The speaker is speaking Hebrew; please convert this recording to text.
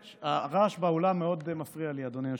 הרעש באולם מאוד מפריע לי, אדוני היושב-ראש.